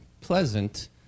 pleasant